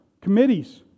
committees